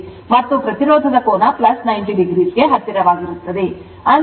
ಮತ್ತು ಪ್ರತಿರೋಧದ ಕೋನ 90o ಗೆ ಹತ್ತಿರವಾಗಿರುತ್ತದೆ